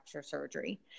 surgery